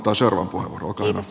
kiitos puhemies